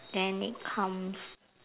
then it comes